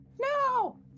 No